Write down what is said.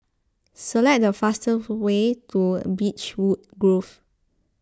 select the fastest way to Beechwood Grove